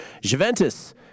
Juventus